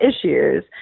issues